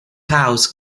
else